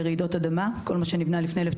כלומר לגבי כפר שמריהו,